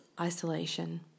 isolation